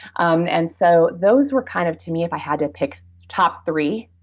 um and so those were, kind of to me, if i had to pick top three,